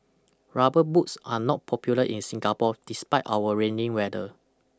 rubber boots are not popular in Singapore despite our rainy weather